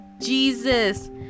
jesus